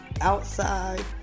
outside